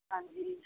ਹਾਂਜੀ